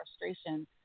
frustration